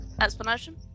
explanation